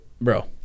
Bro